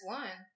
one